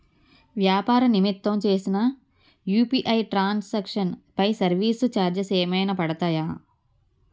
వ్యాపార నిమిత్తం చేసిన యు.పి.ఐ ట్రాన్ సాంక్షన్ పై సర్వీస్ చార్జెస్ ఏమైనా పడతాయా?